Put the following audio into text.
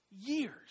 years